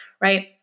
right